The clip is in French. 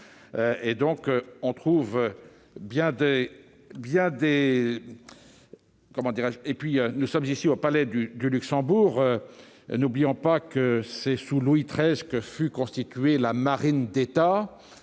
un grand port de commerce. Et puisque nous sommes ici au Palais du Luxembourg, n'oublions pas que c'est sous Louis XIII que fut constituée la marine d'État.